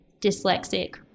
dyslexic